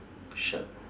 shirt